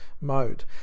mode